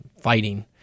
fighting